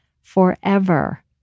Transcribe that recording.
forever